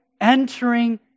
entering